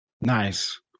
Nice